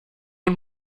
und